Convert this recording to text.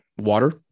Water